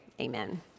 amen